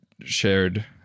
shared